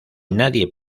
nadie